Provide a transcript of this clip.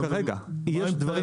יש דברים